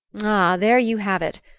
ah there you have it!